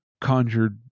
conjured